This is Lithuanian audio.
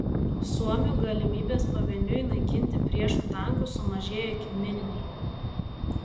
suomių galimybės pavieniui naikinti priešo tankus sumažėjo iki minimumo